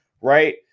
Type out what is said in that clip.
right